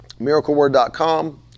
MiracleWord.com